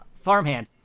farmhand